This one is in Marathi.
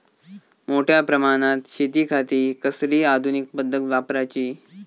मोठ्या प्रमानात शेतिखाती कसली आधूनिक पद्धत वापराची?